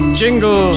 jingle